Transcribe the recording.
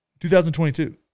2022